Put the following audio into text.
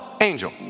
angel